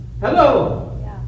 Hello